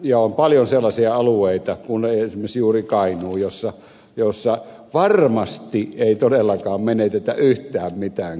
on paljon sellaisia alueita esimerkiksi juuri kainuu jossa varmasti ei todellakaan menetetä yhtään mitään